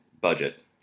budget